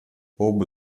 оба